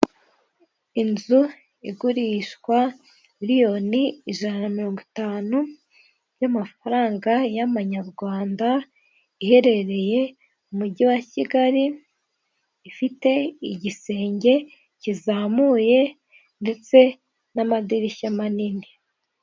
Inzu igurishwa miliyoni ijana na mirongo itanu y'amafaranga y'amanyarwanda, iherereye mu mujyi wa kigali, ifite igisenge kizamuye ndetse n'amadirishya manini.